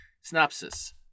synopsis